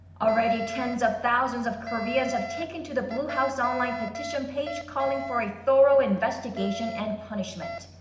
already, tens of thousands of koreans have taken to the blue house online petition page, calling for a thorough investigation and punishment.